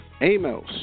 Amos